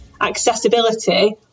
accessibility